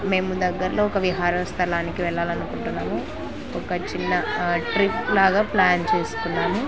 మేము దగ్గరలో ఒక విహార స్థలానికి వెళ్ళాలి అనుకుంటున్నాము ఒక చిన్న ట్రిప్లాగా ప్లాన్ చేసుకున్నాము